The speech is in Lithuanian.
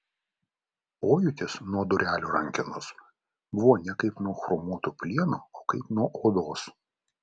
pojūtis nuo durelių rankenos buvo ne kaip nuo chromuoto plieno o kaip nuo odos